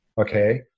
okay